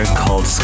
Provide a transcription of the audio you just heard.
called